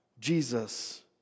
Jesus